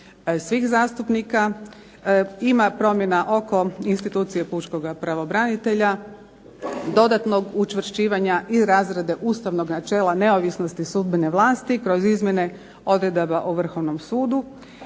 svih zastupnika. Ima promjena oko institucije Pučkoga pravobranitelja, dodatnog učvršćivanja i razrade Ustavnog načela neovisnosti sudbene vlasti kroz izmjene odredaba o Vrhovnom sudu,